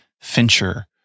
Fincher